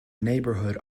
neighbourhood